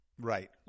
Right